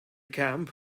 camp